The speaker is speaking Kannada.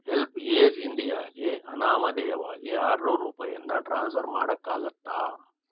ಹೆಲ್ಪ್ಏಜ್ ಇಂಡಿಯಾಗೆ ಆನಾಮಧೇಯವಾಗಿ ಆರುನೂರು ರೂಪಾಯಿಯನ್ನ ಟ್ರಾನ್ಸ್ಫರ್ ಮಾಡೋಕ್ಕಾಗತ್ತಾ